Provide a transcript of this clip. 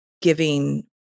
giving